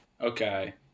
okay